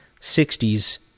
60's